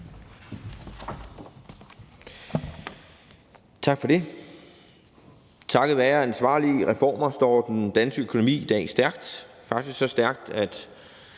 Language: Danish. Tak for det. Takket være ansvarlige reformer står den danske økonomi i dag stærkt, faktisk så stærkt, at